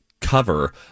Cover